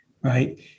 right